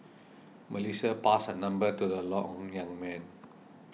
Melissa passed her number to the long young man